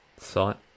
Site